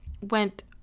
went